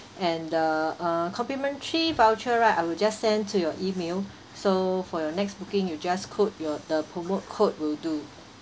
and the uh complimentary voucher right I will just send to your email so for your next booking you just quote your the promo code will do